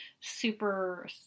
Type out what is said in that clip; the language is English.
super